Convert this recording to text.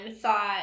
thought